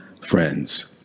friends